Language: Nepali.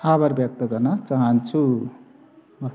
आभार व्यक्त गर्न चाहन्छु